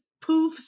poofs